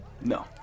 no